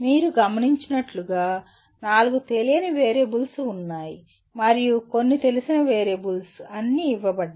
మీరు గమనించినట్లుగా నాలుగు తెలియని వేరియబుల్స్ ఉన్నాయి మరియు కొన్ని తెలిసిన వేరియబుల్స్ అన్నీ ఇవ్వబడ్డాయి